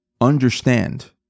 understand